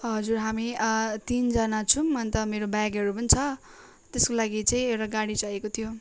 हजुर हामी तिनजना छौँ अन्त मेरो ब्यागहरू पनि छ त्यसको लागि चाहिँ एउटा गाडी चाहिएको थियो